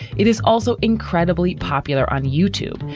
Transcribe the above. it is also incredibly popular on youtube.